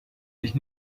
sich